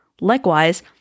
Likewise